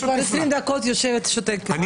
אני כבר עשרים דקות יושבת שותקת.